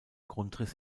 grundriss